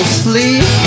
sleep